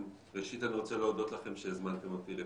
ראשית אני רוצה להודות לכם שהזמנתם אותי לפה.